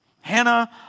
Hannah